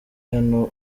hano